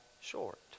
short